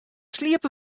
sliepe